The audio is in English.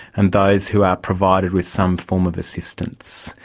and those who are provided with some form of assistance.